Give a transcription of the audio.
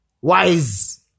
wise